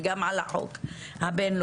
וגם על החוק הבינלאומי,